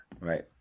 Right